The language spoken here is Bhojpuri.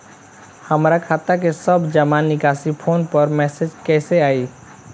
हमार खाता के सब जमा निकासी फोन पर मैसेज कैसे आई?